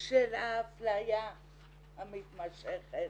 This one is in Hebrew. של האפליה המתמשכת.